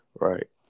right